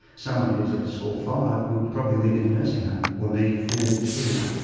someone who is at score five would probably live in a nursing home or need full care.